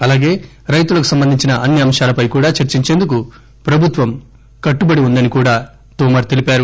అలాగే రైతులకు సంబంధించిన అన్ని అంశాలపై కూడా చర్చించేందుకు ప్రభుత్వం కట్టుబడి ఉందని కూడా తోమర్ తెలిపారు